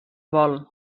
vol